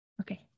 Okay